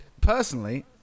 Personally